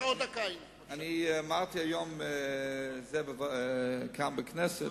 אמרתי היום בכנסת,